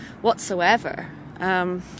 whatsoever